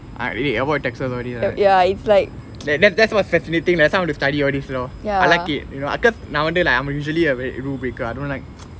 I ah really avoid taxes all this one right that that's what's fascinating leh that's why I like to study all this you know I like it you know cause நா வந்து:naa vanthu like I'm usually a rule breaker I don't like